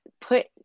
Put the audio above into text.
put